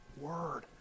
word